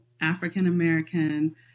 African-American